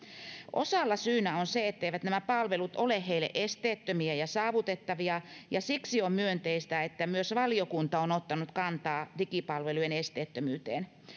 osalla syynä on se etteivät nämä palvelut ole heille esteettömiä ja saavutettavia ja siksi on myönteistä että myös valiokunta on ottanut kantaa digipalvelujen esteettömyyteen